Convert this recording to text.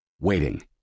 Waiting